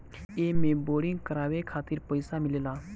एमे बोरिंग करावे खातिर पईसा मिलेला